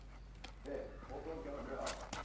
yeah, more clothes going to be off.